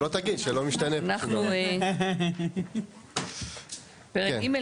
אנחנו בפרק ג',